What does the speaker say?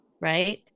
Right